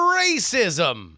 racism